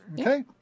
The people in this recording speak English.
Okay